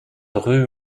rue